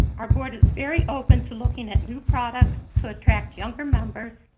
our board is very open to looking at new products to attract younger members,